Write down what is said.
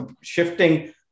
shifting